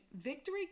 victory